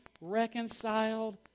reconciled